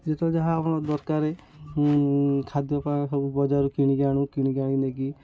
ଯେତେ ଯାହା ଆପଣ ଦରକାରେ ଖାଦ୍ୟ ପାଇଁ ସବୁ ବଜାରରୁ କିଣିକି ଆଣୁ କିଣିକି ଆଣିକି ନେଇକି